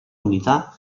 unità